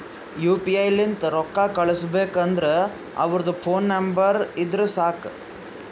you P I ಲಿಂತ್ ರೊಕ್ಕಾ ಕಳುಸ್ಬೇಕ್ ಅಂದುರ್ ಅವ್ರದ್ ಫೋನ್ ನಂಬರ್ ಇದ್ದುರ್ ಸಾಕ್